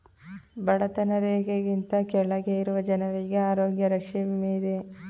ಬಡತನ ರೇಖೆಗಿಂತ ಕೆಳಗೆ ಇರುವ ಜನರಿಗೆ ಆರೋಗ್ಯ ರಕ್ಷೆ ವಿಮೆ ಇದೆ